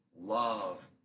Love